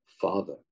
father